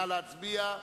לסעיף 1(ב)